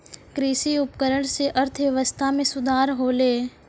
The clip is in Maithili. कृषि उपकरण सें अर्थव्यवस्था में सुधार होलय